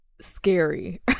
scary